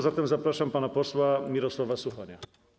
Zatem zapraszam pana posła Mirosława Suchonia.